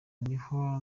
niho